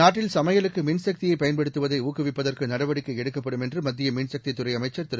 நாட்டில் சமையலுக்குமின்சக்தியைபயன்படுத்துவதைஊக்குவிப்பதற்குநடவடிக்கைஎடுக் கப்படும் என்றுமத்தியமின் சக்தித் துறைஅமைச்சர் திரு